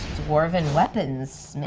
dwarven weapons.